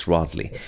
Rodley